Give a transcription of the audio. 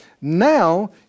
now